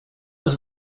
was